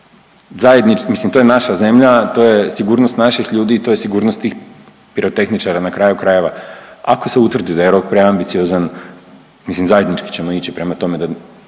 Zajedni…, mislim to je naša zemlja, to je sigurnost naših ljudi i to je sigurnost tih pirotehničara na kraju krajeva, ako se utvrdi da je rok preambiciozan, mislim zajednički ćemo ići prema tome da,